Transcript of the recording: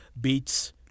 beats